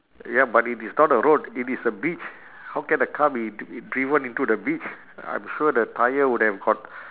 ya but it is not a road it is a beach how can a car be d~ driven into the beach I'm sure the tyre would have got